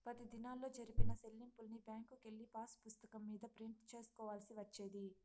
పది దినాల్లో జరిపిన సెల్లింపుల్ని బ్యాంకుకెళ్ళి పాసుపుస్తకం మీద ప్రింట్ సేసుకోవాల్సి వచ్చేది